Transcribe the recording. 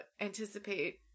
anticipate